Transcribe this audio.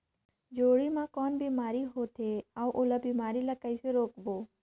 जोणी मा कौन बीमारी होथे अउ ओला बीमारी ला कइसे रोकबो?